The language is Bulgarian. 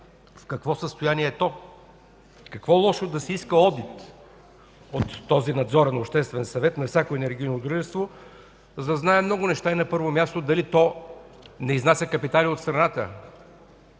в какво състояние е то? Какво лошо има да се иска одит от този надзорен обществен съвет за всяко енергийно дружество, за да знаем много неща. На първо място, дали то не изнася капитали от страната?